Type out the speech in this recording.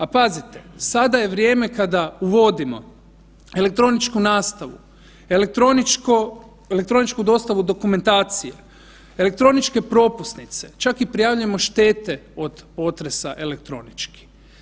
A pazite, sada je vrijeme kada uvodimo elektroničku nastavu, elektroničku dostavu dokumentacije, elektroničke propusnice, čak i prijavljujemo štete od potresa elektronički.